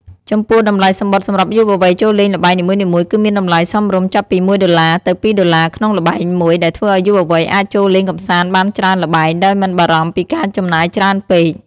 ចំពោះ តម្លៃសំបុត្រសម្រាប់យុវវ័យចូលលេងល្បែងនីមួយៗគឺមានតម្លៃសមរម្យ ចាប់ពី ១ ដុល្លារ ទៅ ២ ដុល្លារក្នុងល្បែងមួយ ដែលធ្វើឱ្យយុវវ័យអាចចូលលេងកម្សាន្តបានច្រើនល្បែងដោយមិនបារម្ភពីការចំណាយច្រើនពេក។